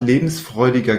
lebensfreudiger